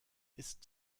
ist